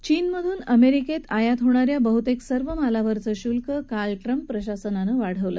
चीनमधून अमेरिकेत आयात होणा या बहुतेक सर्व मालावरचं शुल्क काल ट्रंप प्रशासनानं वाढवलं